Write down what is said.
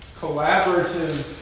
collaborative